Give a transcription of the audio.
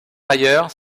ailleurs